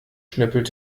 schnippelt